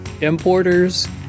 importers